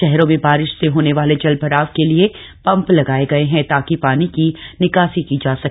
शहरों में बारिश से होने वाले जलभराव के लिए पंप लगाए गए हैं ताकि पानी की निकासी की जा सके